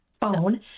phone